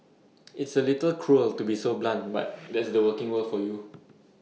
it's A little cruel to be so blunt but that's the working world for you